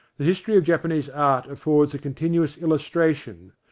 the history of japanese art affords a continuous illustration.